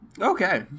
Okay